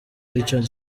richard